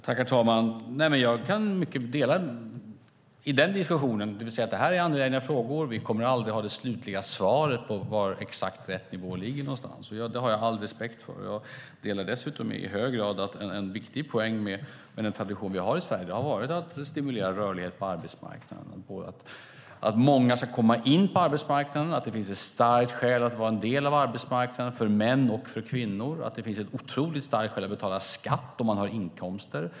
Herr talman! Jag kan instämma i den diskussionen, det vill säga att det är angelägna frågor, vi kommer aldrig att ha det slutliga svaret på var exakt rätt nivå ligger. Det har jag all respekt för. Jag instämmer i hög grad att en viktig poäng med den tradition vi har i Sverige är att stimulera rörlighet på arbetsmarknaden, att många ska komma in på arbetsmarknaden, att det finns ett starkt skäl att vara en del av arbetsmarknaden för män och för kvinnor, att det finns ett otroligt starkt skäl att betala skatt på inkomster.